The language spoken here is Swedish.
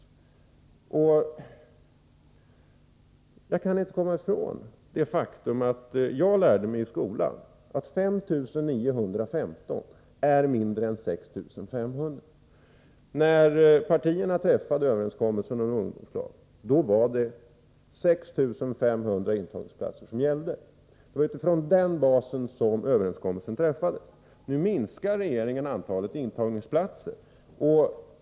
För det andra kan jag inte komma ifrån det faktum att jag lärde mig i skolan att 5915 är mindre än 6 500. När partierna träffade överenskommelsen om ungdomslag var det 6500 intagningsplatser överenskommelsen gällde. Det var med hänsyn till detta antal som överenskommelsen träffades. Nu minskar regeringen antalet intagningsplatser.